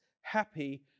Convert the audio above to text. happy